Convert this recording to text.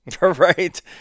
Right